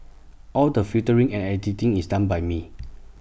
all the filtering and editing is done by me